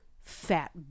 fat